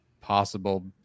possible